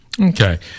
Okay